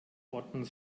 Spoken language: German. ordnung